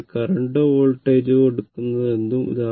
അതിനാൽ കറന്റോ വോൾട്ടേജോ എടുക്കുന്നതെന്തും